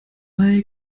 bei